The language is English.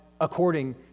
according